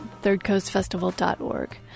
thirdcoastfestival.org